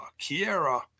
Kiera